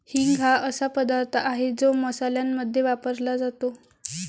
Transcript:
हिंग हा असा पदार्थ आहे जो मसाल्यांमध्ये वापरला जातो